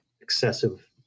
excessive